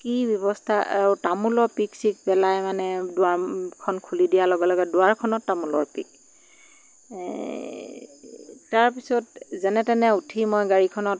কি ব্যৱস্থা তামোলৰ পিক্ চিক্ পেলাই মানে দুৱাৰখন খুলি দিয়াৰ লগে লগে দুৱাৰখনত তামোলৰ পিক তাৰপিছত যেনেতেনে উঠি মই গাড়ীখনত